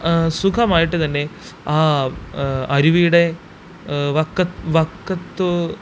സുഖമായിട്ട് തന്നെ ആ അരുവിയുടെ വക്കത്ത് വക്കത്ത്